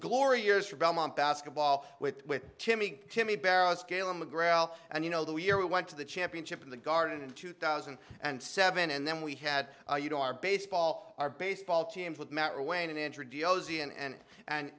glory years for belmont basketball with timmy timmy barrow scale on the gravel and you know the year we went to the championship in the garden in two thousand and seven and then we had you know our baseball our baseball teams with